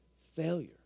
failure